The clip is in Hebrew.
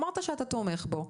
אמרת שאתה תומך בתיקון.